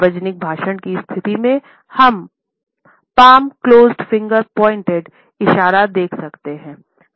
सार्वजनिक भाषण की स्थिति में हम पाम क्लोज्ड फिंगर पॉइंटेड इशारा देख सकते हैं